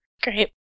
Great